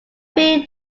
three